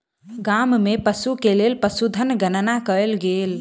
गाम में पशु के लेल पशुधन गणना कयल गेल